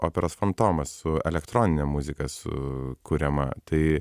operos fantomas su elektronine muzika su kuriama tai